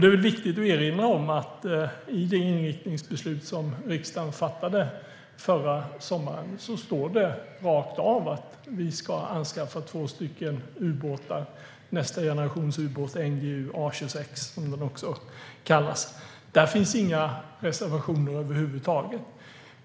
Det är viktigt att erinra om att i det inriktningsbeslut som riksdagen fattade förra sommaren står det rakt av att vi ska anskaffa två exemplar av nästa generations ubåt, NGU - A26, som den också kallas. Där finns inga reservationer över huvud taget.